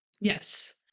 Yes